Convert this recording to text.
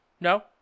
No